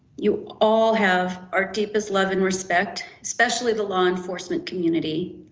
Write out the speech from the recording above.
you all have our deepest love and respect, especially the law enforcement community.